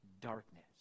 darkness